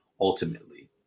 ultimately